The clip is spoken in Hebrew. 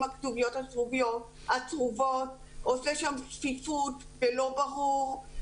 הכתוביות הצרובות עושה שם צפיפות ולא ברור,